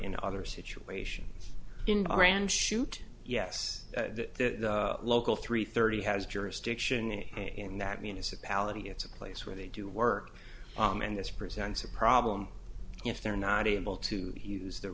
in other situation in iran shoot yes that local three thirty has jurisdiction in that municipality it's a place where they do work and this presents a problem if they're not able to use the